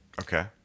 Okay